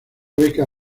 beca